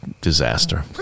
disaster